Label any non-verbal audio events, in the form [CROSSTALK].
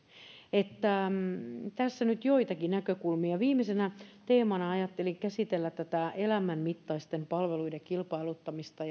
tässä nyt joitakin näkökulmia viimeisenä teemana ajattelin käsitellä tätä elämän mittaisten palveluiden kilpailuttamista [UNINTELLIGIBLE]